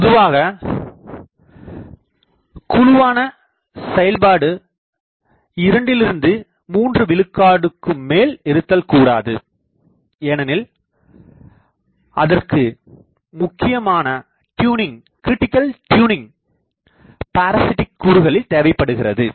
பொதுவாக குழுவான செயல்பாடு 2 இருந்து மூன்று விழுக்காடு மேல் இருத்தல் கூடாது ஏனெனில் அதற்கு முக்கியமான ட்யூனிங் பரசிட்டிக் கூறுகளில் தேவைப்படுகிறது